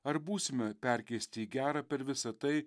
ar būsime perkeisti į gera per visą tai